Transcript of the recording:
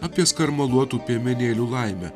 apie skarmaluotų piemenėlių laimę